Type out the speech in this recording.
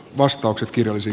vastaukset kirjallisin